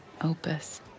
opus